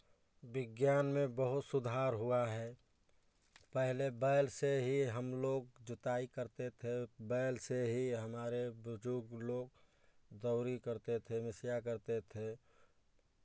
विज्ञान में बहुत सुधार हुआ है पहले बैल से ही हम लोग जुताई करते थे बैल से ही हमारे बुज़ुर्ग लोग दौरी करते थे वैसिया करते थे